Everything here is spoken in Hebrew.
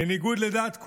בניגוד לדעת כולם,